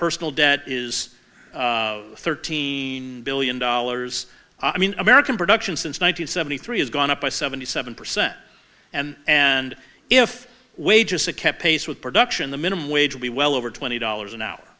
personal debt is thirteen billion dollars i mean american production since one thousand seventy three has gone up by seventy seven percent and and if wages a kept pace with production the minimum wage will be well over twenty dollars an hour